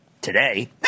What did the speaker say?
today